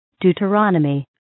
Deuteronomy